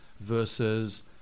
Versus